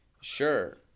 sure